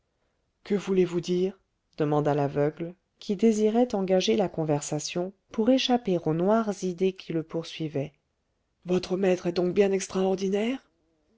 que voulez-vous dire demanda l'aveugle qui désirait engager la conversation pour échapper aux noires idées qui le poursuivaient votre maître est donc bien extraordinaire